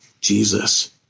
Jesus